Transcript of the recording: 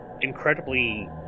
incredibly